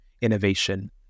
innovation